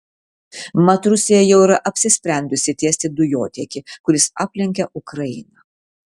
mat rusija jau yra apsisprendusi tiesti dujotiekį kuris aplenkia ukrainą